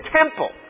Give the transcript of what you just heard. temple